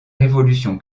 révolution